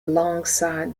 alongside